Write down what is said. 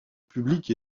public